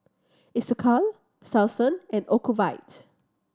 Isocal Selsun and Ocuvite